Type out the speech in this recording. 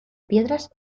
piedras